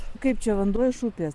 kaip čia vanduo iš upės